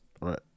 right